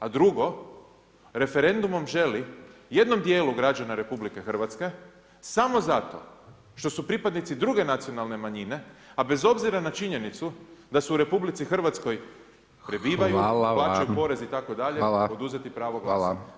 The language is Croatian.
A drugo, referendumom želi jednom djelu građana RH samo zato što su pripadnici druge nacionalne manjine a bez obzira na činjenicu da su u RH, prebivaju, plaćaju porez itd., oduzeti pravo glasa.